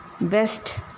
best